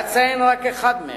אציין רק אחד מהם: